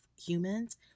humans